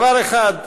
דבר אחד: